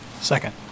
Second